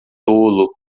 tolo